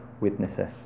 witnesses